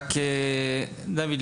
דויד,